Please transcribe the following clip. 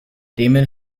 damon